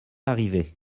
arrivé